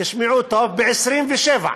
תשמעו טוב, ב-1927,